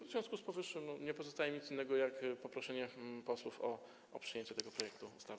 W związku z powyższym nie pozostaje mi nic innego, jak poproszenie posłów o przyjęcie tego projektu ustawy.